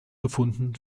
gefunden